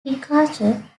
decatur